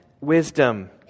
wisdom